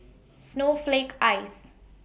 Snowflake Ice